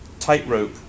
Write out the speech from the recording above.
Tightrope